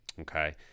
okay